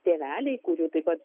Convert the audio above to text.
tėveliai kurių taip pat